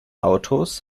autos